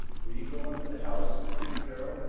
will you go into the house, mr. darrell,